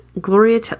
gloria